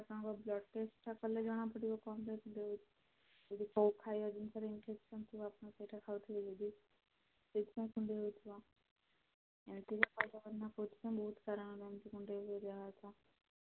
ତାଙ୍କ ବ୍ଲଡ଼୍ ଟେଷ୍ଟଟା କଲେ ଜଣାପଡ଼ିବ କ'ଣ ଯଦି କେଉଁ ଖାଇବା ଜିନିଷରେ ଇନ୍ଫେକ୍ସନ୍ ଥିବ ଆପଣ ସେଇଟା ଖାଉଥିବେ ଯଦି ସେଇଥିପାଇଁ କୁଣ୍ଡାଇ ହେଉଥିବ ପାଇବାପାଇଁ ନା ସେଇଥିପାଇଁ କାରଣ ଜାଣିଚ କୁଣ୍ଡାଇ ହୁଏ ଦେହ ହାତ